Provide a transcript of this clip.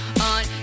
on